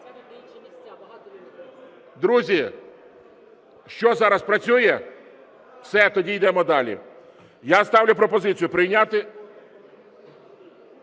Друзі, що зараз, працює? Все, тоді йдемо далі. Я ставлю пропозицію прийняти